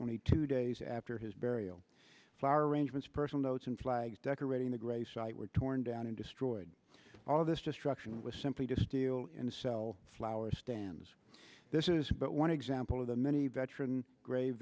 only two days after his burial flower arrangements personal notes and flags decorating the gray site were torn down and destroyed all this destruction was simply to steal in to sell flowers stands this is but one example of the many veteran gra